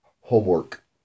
homework